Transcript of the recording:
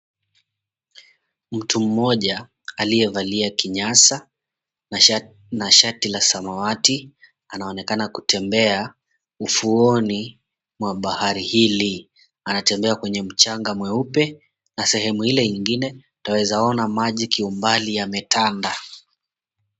Mtu mmoja aliyevalia kinyasa na shati la samawati anaonekana kutembea ufuoni mwa bahari hili. Anatembea kwenye mchanga mweupe na sehemu ile ingine twaeza ona maji kiumbali yametanda.